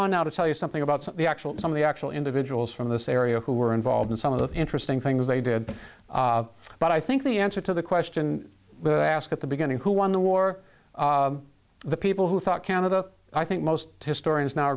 on now to tell you something about the actual some of the actual individuals from this area who were involved in some of the interesting things they did but i think the answer to the question that i ask at the beginning who won the war the people who thought canada i think most historians now